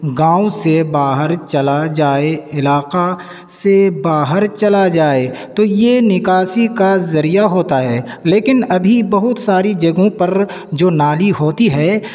گاؤں سے باہر چلا جائے علاقہ سے باہر چلا جائے تو یہ نکاسی کا ذریعہ ہوتا ہے لیکن ابھی بہت ساری جگہوں پر جو نالی ہوتی ہے